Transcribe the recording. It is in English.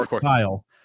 Kyle